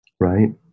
right